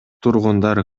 тургундар